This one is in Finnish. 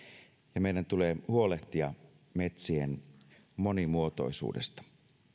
ja meidän tulee huolehtia metsien monimuotoisuudesta